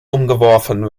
umgeworfen